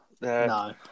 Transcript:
No